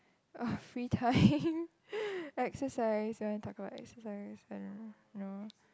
oh free time exercise you want talk about exercise I don't know no